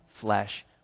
flesh